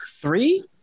Three